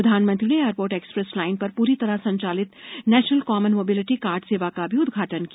प्रधानमंत्री ने airport express line पर पूरी तरह संचालित नेशनल कॉमन मोबिलिटी कार्ड सेवा का भी उद्घाटन किया